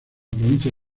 provincia